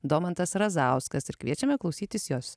domantas razauskas ir kviečiame klausytis jos